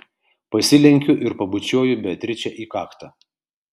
pasilenkiu ir pabučiuoju beatričę į kaktą